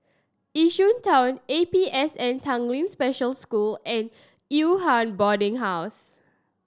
Yishun Town A P S N Tanglin Special School and Yew Hua Boarding House